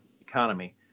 economy